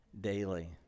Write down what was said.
daily